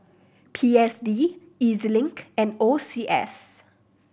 P S D E Z Link and O C S